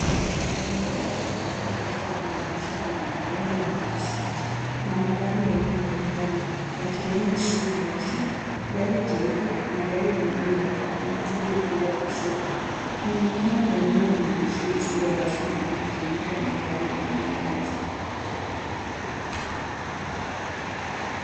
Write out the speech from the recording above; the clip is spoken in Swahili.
Magari kadhaa yakiwa yameegeshwa kwenye eneo lenye nyasi nje. Kuna magari ya aina mbalimbali yakiwemo SUV nyeusi, gari jeupe na gari ingine la mizigo upande wa kushoto. Inaonekana ni eneo la maegesho lisilo rasmi au mkusanyiko wa magari eneo wazi.